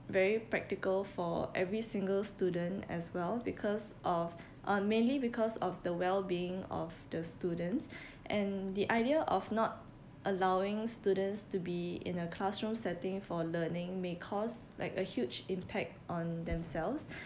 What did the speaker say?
very practical for every single student as well because of uh mainly because of the well being of the students and the idea of not allowing students to be in a classroom setting for learning may cause like a huge impact on themselves